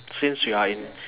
since you are in